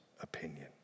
opinion